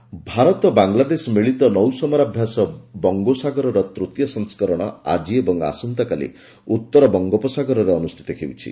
ନୌ ସମରାଭ୍ୟାସ ଭାରତ ବାଂଲାଦେଶ ମିଳିତ ନୌ ସମରାଭ୍ୟାସ 'ବଙ୍ଗୋସାଗର'ର ତୃତୀୟ ସଂସ୍କରଣ ଆଜି ଏବଂ ଆସନ୍ତାକାଲି ଉତ୍ତର ବଙ୍ଗୋପ ସାଗରରେ ଅନୁଷ୍ଠିତ ହେଉଛି